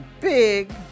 Big